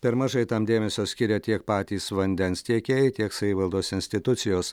per mažai tam dėmesio skiria tiek patys vandens tiekėjai tiek savivaldos institucijos